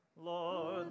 Lord